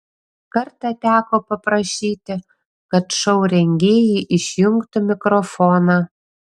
kartą teko paprašyti kad šou rengėjai išjungtų mikrofoną